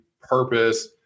purpose